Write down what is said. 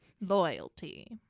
Loyalty